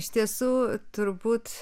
iš tiesų turbūt